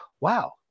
wow